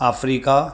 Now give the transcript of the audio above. Africa